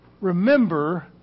remember